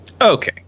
Okay